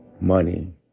money